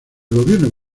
gobierno